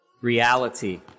reality